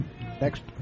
next